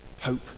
hope